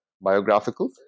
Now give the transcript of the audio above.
biographical